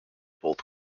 both